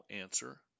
answer